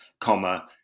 comma